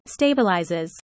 stabilizes